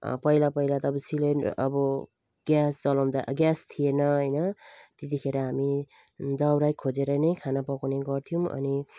पहिला पहिला त अब सिलिन्डर अब ग्यास जलाउँदा ग्यास थिएन होइन त्यतिखेर हामी दाउरा खोजेर नै खाना पकाउने गर्थ्यौँ अनि